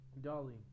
Dolly